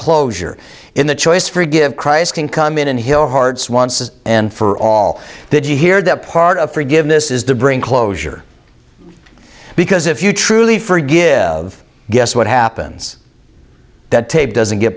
closure in the choice forgive christ can come in and hear hearts once and for all did you hear that part of forgiveness is to bring closure because if you truly forgive guess what happens that tape doesn't get